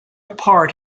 part